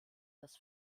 das